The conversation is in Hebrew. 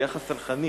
ליחס סלחני